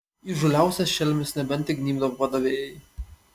įžūliausias šelmis nebent įgnybdavo padavėjai